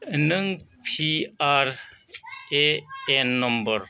नों P R A N number